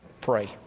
Pray